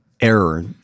Error